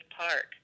park